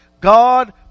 God